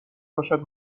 باشد